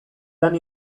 lan